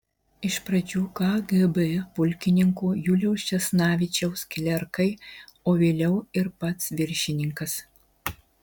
iš pradžių kgb pulkininko juliaus česnavičiaus klerkai o vėliau ir pats viršininkas